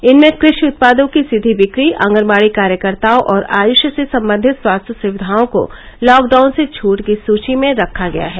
इनमें कृषि उत्पादों की सीधी बिक्री आंगनवाड़ी कार्यकर्ताओं और आयुष से संबंधित स्वास्थ्य सुविधाओं को लॉकडाउन से छूट की सूची में रखा गया है